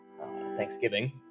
Thanksgiving